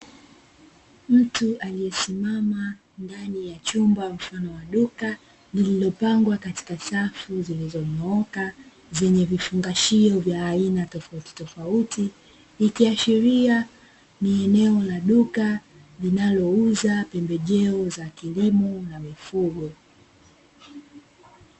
Mtu aliyesimama ndani ya chumba mfano wa duka lililopangwa katika safu zilizonyooka, lenye vifungashio vya aina tofautitofauti ikiashiria ni eneo la duka linalouza pembejeo za kilimo na mifugo.